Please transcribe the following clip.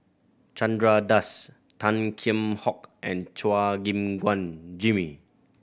Chandra Das Tan Kheam Hock and Chua Gim Guan Jimmy